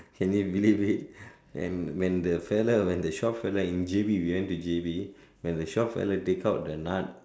can you believe it then when the fella when the shop fella in J_B we went to J_B when the shop fella take out the nut